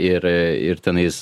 ir ir tenais